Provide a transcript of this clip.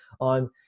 on